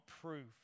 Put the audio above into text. proof